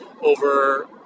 over